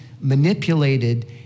manipulated